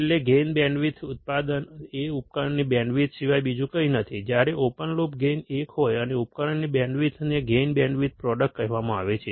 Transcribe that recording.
છેલ્લે ગેઇન બેન્ડવિડ્થનું ઉત્પાદન એ ઉપકરણની બેન્ડવિડ્થ સિવાય બીજું કંઈ નથી જ્યારે ઓપન લૂપ ગેઇન 1 હોય અને ઉપકરણની બેન્ડવિડ્થને ગેઇન બેન્ડવિડ્થ પ્રોડક્ટ કહેવામાં આવે છે